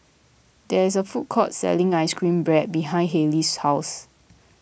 there is a food court selling Ice Cream Bread behind Hailey's house